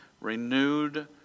renewed